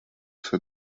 swe